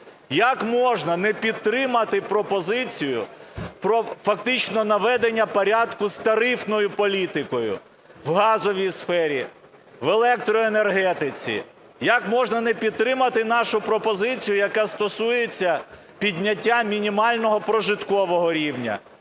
Як можна не підтримати пропозицію про фактично наведення порядку з тарифною політикою в газовій сфері, в електроенергетиці? Як можна не підтримати нашу пропозицію, яка стосується підняття мінімального прожиткового рівня,